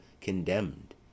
condemned